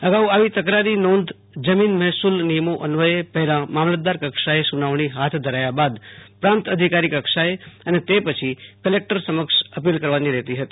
અગાઉ આવી તકરારી નોંધ જમીન મહેસૂલ નિયમો અન્વયે પહેલાં મામલતદાર કક્ષાએ સૂનાવણી હાથ ધરાયા બાદ પ્રાંત અધિકારી કક્ષાએ અને તે પછી કલેકટર સમક્ષ અપીલ કરવાની રહેતી હતી